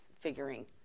figuring